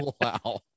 wow